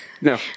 No